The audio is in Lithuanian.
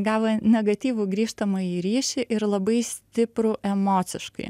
gavo negatyvų grįžtamąjį ryšį ir labai stiprų emociškai